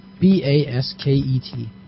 B-A-S-K-E-T